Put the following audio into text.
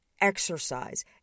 exercise